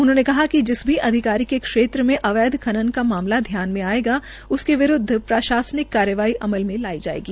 उन्होंने कहा कि जिस भी अधिकारी के क्षेत्र में अवैध खनन का मामला ध्यान में आयेगा उसके विरूद्ध प्रशासनिक कार्रवाही अमल में लाई जायेगी